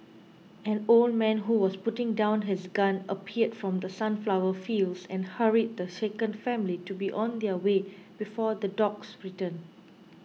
an old man who was putting down his gun appeared from the sunflower fields and hurried the shaken family to be on their way before the dogs return